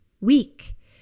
week